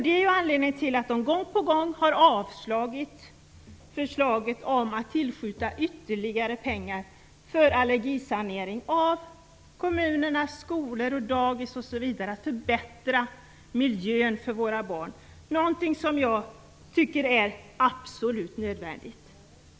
Det är anledningen till att de gång på gång har avslagit förslaget om att tillskjuta ytterligare pengar för allergisanering av kommunernas skolor, dagis m.m. för att förbättra miljön för våra barn, något som jag tycker är absolut nödvändigt.